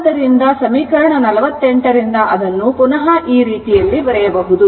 ಆದ್ದರಿಂದ ಸಮೀಕರಣ 48 ರಿಂದ ಅದನ್ನು ಪುನಃ ಈ ರೀತಿ ಬರೆಯಬಹುದು